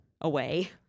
away